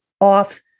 off